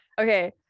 okay